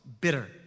bitter